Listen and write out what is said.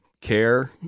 care